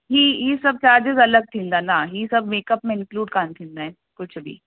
ही ही सभु चार्ज़िस अलॻि थींदा न ही सभु मेकअप में इंक्लूड कान थींदा आहिनि कुझु बि